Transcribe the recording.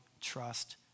trust